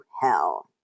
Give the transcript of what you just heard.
hell